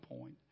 point